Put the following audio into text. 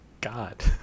God